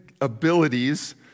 abilities